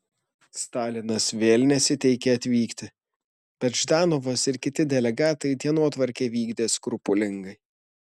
stalinas vėl nesiteikė atvykti bet ždanovas ir kiti delegatai dienotvarkę vykdė skrupulingai